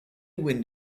wind